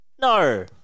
No